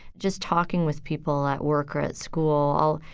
just talking with people, at work or at school,